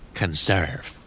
conserve